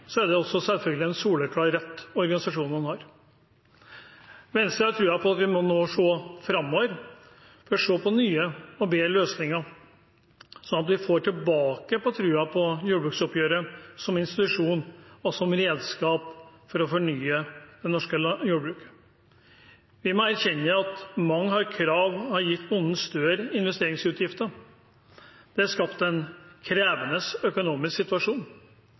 er selvfølgelig en soleklar rett organisasjonene har. Venstre har tro på at vi nå må se framover, se på nye og bedre løsninger, slik at vi får tilbake troen på jordbruksoppgjøret som institusjon og redskap for å fornye det norske jordbruket. Vi må erkjenne at mange krav har gitt bonden større investeringsutgifter. Det er skapt en krevende økonomisk situasjon.